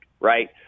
right